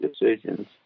decisions